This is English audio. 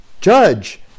Judge